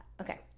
okay